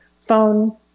phone